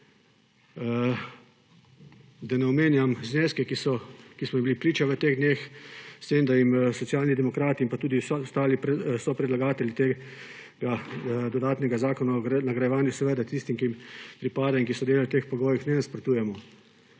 Da ne omenjam zneskov, ki smo jim bili priča v teh dneh, s tem da jim Socialni demokrati pa tudi vsi ostali sopredlagatelji tega dodatnega zakona o nagrajevanju seveda tistim, ki jim pripada in ki so delali v teh pogojih, ne nasprotujemo,